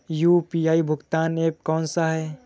UPI भुगतान app कौन सा है?